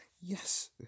Yes